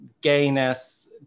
gayness